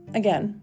again